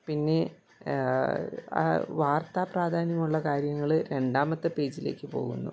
പിന്നെ വാർത്താ പ്രാധാന്യമുള്ള കാര്യങ്ങൾ രണ്ടാമത്തെ പേജിലേക്ക് പോകുന്നു